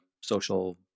social